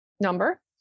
number